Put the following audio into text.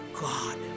God